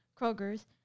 Kroger's